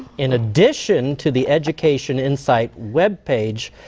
in addition to the education insight web page,